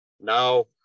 now